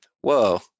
Whoa